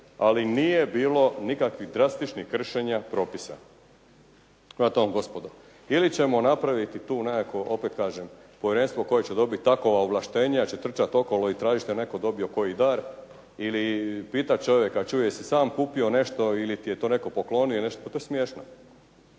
ali nije bilo nikakvih drastičnih kršenja propisa. Prema tome, gospodo ili ćemo napraviti tu nekakvo opet kažem povjerenstvo koje će dobiti takova ovlaštenja da će trčati okolo i tražiti je li netko dobio koji dar ili pitati čovjeka čuj jesi sam kupio nešto ili ti je to netko poklonio ili, pa to je smiješno.